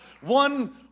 One